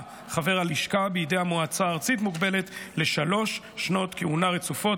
חבר הלשכה בידי המועצה הארצית מוגבלת לשלוש שנות כהונה רצופות,